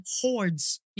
hordes